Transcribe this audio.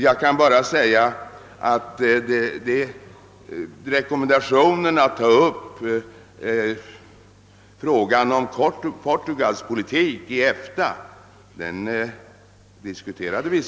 Jag kan bara säga att herr Ahlmark och jag redan diskuterat frågar om Portugals EFTA-politik.